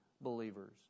believers